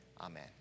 Amen